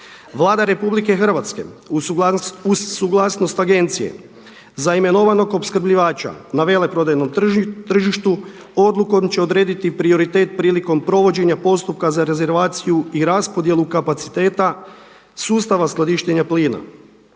Vlada RH uz suglasnost agencije za imenovanog opskrbljivača ne veleprodajnom tržištu odlukom će odrediti prioritet prilikom provođenja postupka za rezervaciju i raspodjelu kapaciteta sustava skladištenja plina,